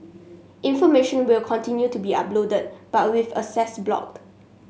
information will continue to be uploaded but with access blocked